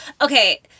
Okay